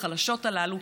החלשות הללו,